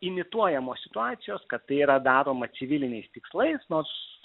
imituojamos situacijos kad tai yra daroma civiliniais tikslais nors